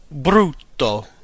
brutto